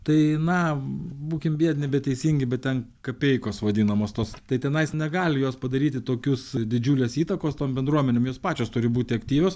tai na būkim biedni bet teisingi bet ten kapeikos vadinamos tos tai tenais negali jos padaryti tokios didžiulės įtakos tam bendruomenėm jos pačios turi būti aktyvios